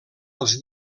als